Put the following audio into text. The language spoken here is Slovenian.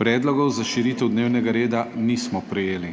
Predlogov za širitev dnevnega reda nismo prejeli.